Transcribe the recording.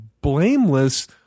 blameless